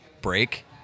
break